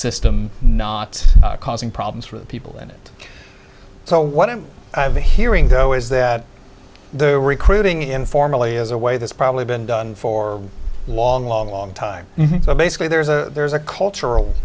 system not causing problems for the people in it so what i'm hearing though is that they were recruiting informally as a way that's probably been done for a long long long time so basically there's a there's a cultural